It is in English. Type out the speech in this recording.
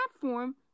platform